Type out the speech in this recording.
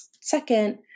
second